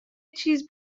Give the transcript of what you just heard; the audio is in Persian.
چیز